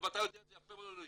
ואתה יודע את זה יפה מאוד,